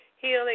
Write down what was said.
healing